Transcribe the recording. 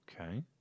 Okay